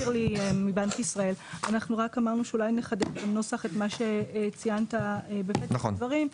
אנחנו רק אמרנו שאולי נחדד בנוסח את מה שציינת בפתח הדברים,